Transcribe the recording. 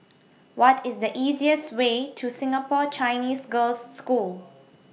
What IS The easiest Way to Singapore Chinese Girls' School